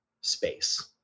space